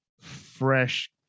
fresh